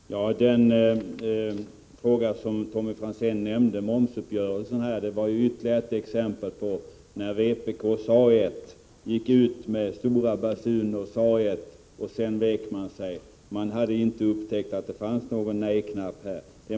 Herr talman! Den fråga som Tommy Franzén nämnde, momsuppgörelsen, var ytterligare ett exempel på en fråga där vpk gått ut med stora basuner och sagt ett och sedan vikit. Man har tydligen inte upptäckt att det finns en nej-knapp här.